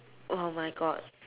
oh my god